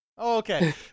Okay